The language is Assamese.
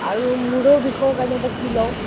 আৰু মূৰৰ বিষৰ কাৰণে বা কি লওঁ